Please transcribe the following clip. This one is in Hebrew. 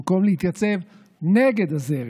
במקום להתייצב נגד הזרם.